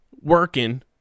working